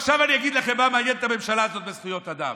אני אגיד לך מה מעניין את הממשלה הזאת בזכויות אדם.